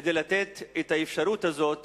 כדי לתת את האפשרות הזאת